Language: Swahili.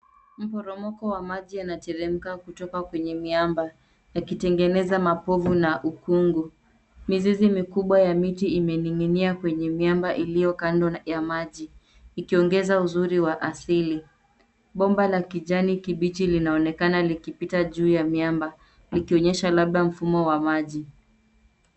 Mporomoko wa maji yanateremka kutoka kwenye miamba, yakitengeneza mapovu na ukungu. Mizizi mikubwa ya miti imenung'inia kwenye miamba iliyo kando ya maji, ikiongeza uzuri wa asili. Bomba la kijani kibichi linaonekana likipita juu ya miamba ikionyesha labda mfumo wa maji.